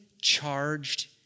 charged